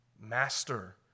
master